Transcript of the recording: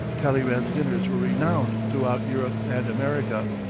talleyrand's dinners were renowned throughout europe and america.